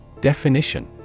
Definition